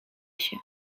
się